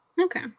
Okay